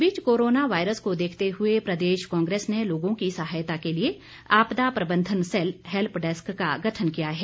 इस बीच corona virus को देखते हुए प्रदेश कांग्रेस ने लोगों की सहायता के लिए आपदा प्रबंधन सैल हैल्प डैस्क का गठन किया है